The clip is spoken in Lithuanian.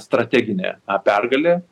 strateginė pergalė